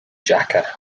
jaka